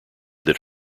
that